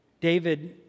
David